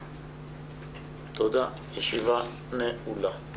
תודה, הישיבה נעולה.